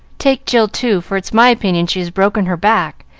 take jill, too, for it's my opinion she has broken her back.